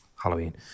Halloween